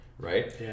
right